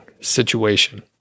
situation